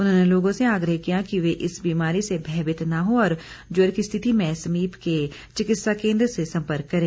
उन्होंने लोगों से आग्रह किया कि वे इस बीमारी से भयभीत न हो और ज्वर की स्थिति में समीप के चिकित्सा केंद्र से संपर्क करें